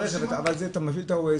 אבל זה אתה צריך להפעיל את הווייז,